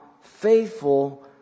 faithful